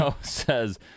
says